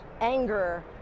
anger